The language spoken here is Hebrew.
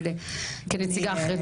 כנציגה אחרת.